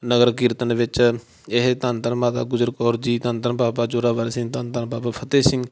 ਨਗਰ ਕੀਰਤਨ ਵਿੱਚ ਇਹ ਧੰਨ ਧੰਨ ਮਾਤਾ ਗੁਜਰ ਕੌਰ ਜੀ ਧੰਨ ਧੰਨ ਬਾਬਾ ਜ਼ੋਰਾਵਰ ਸਿੰਘ ਧੰਨ ਧੰਨ ਬਾਬਾ ਫਤਿਹ ਸਿੰਘ